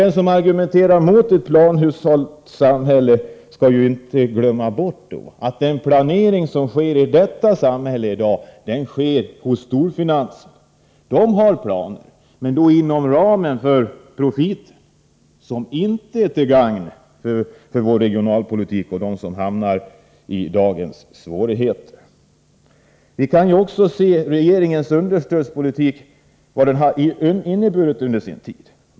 Den som argumenterar mot ett planhushållningssamhälle skall då inte glömma bort att den planering som i dag sker i vårt samhälle sker hos storfinansen. Den har planer, men då inom ramen för en profit, som inte är till gagn för vår regionalpolitik och dem som berörs av dagens svårigheter. Vi kan även se på vad regeringens understödspolitik har inneburit.